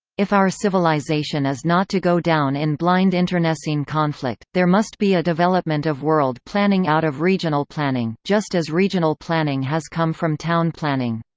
if our civilization is not to go down in blind internecine conflict, there must be a development of world planning out of regional planning, just as regional planning has come from town planning.